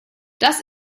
das